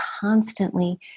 constantly